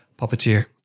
puppeteer